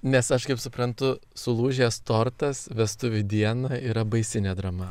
nes aš kaip suprantu sulūžęs tortas vestuvių dieną yra baisinė drama